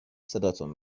صداتون